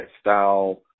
style